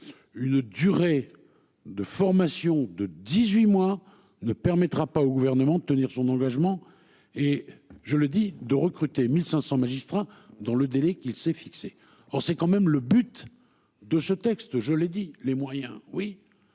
Une durée de formation de 18 mois ne permettra pas au gouvernement de tenir son engagement et je le dis de recruter 1500 magistrats dans le délai qu'il s'est fixé. Alors c'est quand même le but de ce texte, je l'ai dit les moyens oui